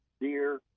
deer